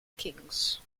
kings